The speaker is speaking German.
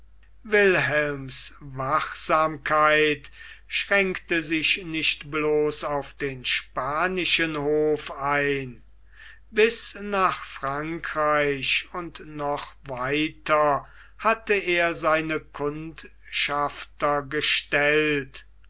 wilhelms wachsamkeit schränkte sich nicht bloß auf den spanischen hof ein bis nach frankreich und noch weiter hatte er seine kundschafter gestellt